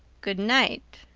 good night,